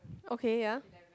okay ya